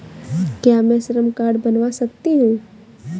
क्या मैं श्रम कार्ड बनवा सकती हूँ?